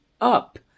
up